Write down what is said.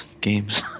games